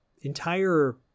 entire